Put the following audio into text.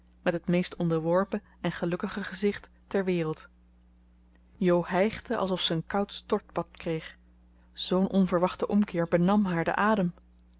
met het meest onderworpen en gelukkige gezicht ter wereld jo hijgde alsof ze een koud stortbad kreeg zoo'n onverwachte omkeer benam haar den adem